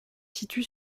situe